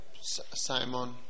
Simon